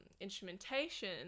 instrumentation